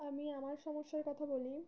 আমি আমার সমস্যার কথা বলি